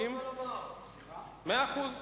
אדוני היושב-ראש,